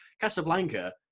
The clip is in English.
Casablanca